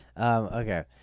Okay